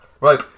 Right